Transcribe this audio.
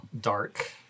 dark